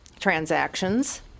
Transactions